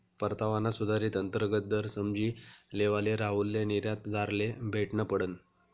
परतावाना सुधारित अंतर्गत दर समझी लेवाले राहुलले निर्यातदारले भेटनं पडनं